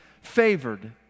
Favored